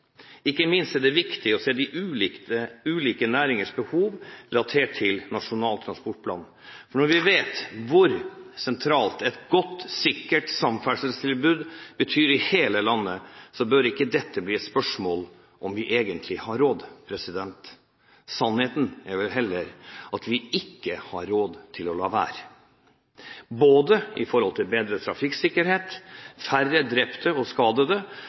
Ikke minst er det viktig å se de ulike næringers behov relatert til Nasjonal transportplan. For når vi vet hva et sentralt, godt og sikkert samferdselstilbud betyr for hele landet, bør ikke dette bli et spørsmål om vi egentlig har råd. Sannheten er vel heller at vi ikke har råd til å la være – ikke bare for bedre trafikksikkerhet, færre drepte og